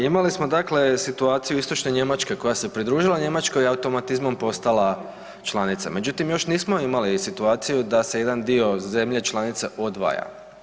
Imali smo dakle situaciju istočne Njemačke koja se pridružila Njemačkoj i automatizmom postala članica, međutim, još nismo imali situaciju da se jedan dio zemlje članice odvaja.